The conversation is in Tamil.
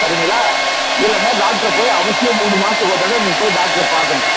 சரிங்களா இல்லைன்னா டாக்டர போய் அவசியம் மூணு மாதத்துக்கு ஒரு தடவை நீங்கள் போய் டாக்டர பார்க்கணும்